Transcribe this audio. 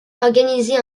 organisée